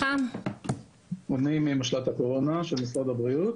אני ממשל"ט הקורונה של משרד הבריאות.